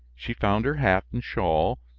she found her hat and shawl,